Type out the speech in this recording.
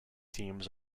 teams